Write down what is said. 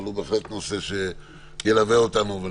אבל הוא בהחלט נושא שילווה אותנו.